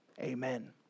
Amen